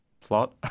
plot